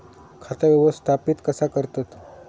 खाता व्यवस्थापित कसा करतत?